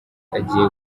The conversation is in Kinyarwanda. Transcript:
agiye